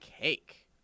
cake